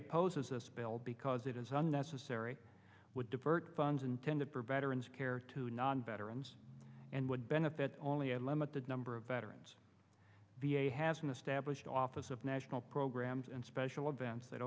bill because it is unnecessary would divert funds intended for veterans care to non veterans and would benefit only a limited number of veterans v a has an established office of national programs and special events that